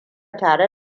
tare